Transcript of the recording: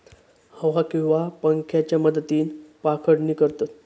हवा किंवा पंख्याच्या मदतीन पाखडणी करतत